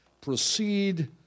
proceed